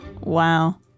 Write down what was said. Wow